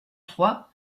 trois